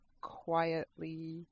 quietly